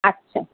আচ্ছা